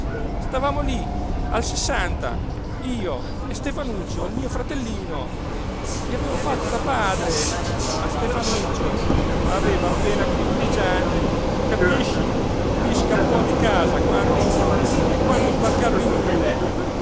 stavamo lí al sessanta io e stefanuccio il mio fratellino gli avevo fatto da padre a stefanuccio aveva appena quindici anni capisci i scappò di casa quando quando sbarcarono i mille